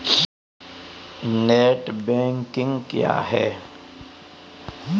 Net banking क्या है?